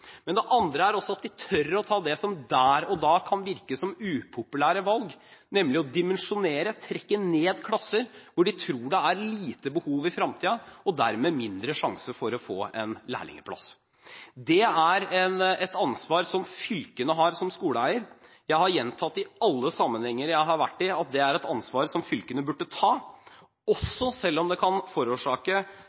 Det andre er at de tør å ta det som der og da kan virke som upopulære valg, nemlig å dimensjonere, trekke ned klasser, hvor de tror det er lite behov i fremtiden, og dermed mindre sjanse for å få en lærlingplass. Det er et ansvar som fylkene har som skoleeier. Jeg har gjentatt i alle sammenhenger som jeg har vært i, at det er et ansvar som fylkene burde ta, også selv om det kan forårsake